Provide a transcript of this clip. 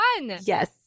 Yes